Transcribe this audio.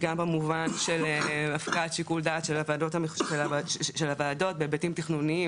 גם במובן של הפקעת שיקול הדעת של הוועדות בהיבטים התכנוניים,